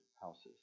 houses